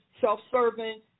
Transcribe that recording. self-serving